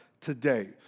today